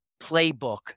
playbook